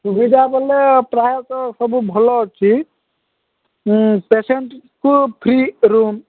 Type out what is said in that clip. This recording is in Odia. ସୁବିଧା ବୋଲେ ପ୍ରାୟତଃ ସବୁ ଭଲ ଅଛି ପେସେଣ୍ଟକୁ ଫ୍ରି ରୁମ୍